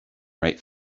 write